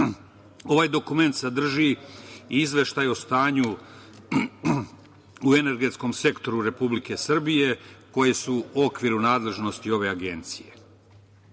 dokument sadrži i izveštaj o stanju u energetskom sektoru Republike Srbije koje su u okviru nadležnosti ove agencije.